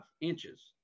inches